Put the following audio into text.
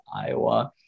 Iowa